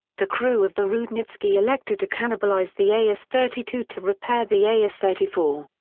the crew of the rudnitsky elected to cannibalize the as thirty two to repair the as thirty four.